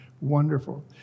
Wonderful